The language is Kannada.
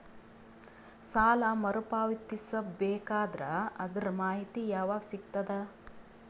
ಸಾಲ ಮರು ಪಾವತಿಸಬೇಕಾದರ ಅದರ್ ಮಾಹಿತಿ ಯವಾಗ ಸಿಗತದ?